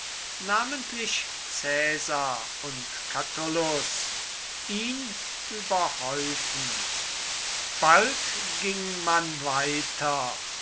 namentlich caesar und catullus ihn überhäufen bald ging man weiter